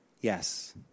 Yes